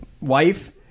wife